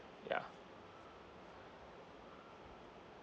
ya